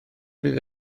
fydd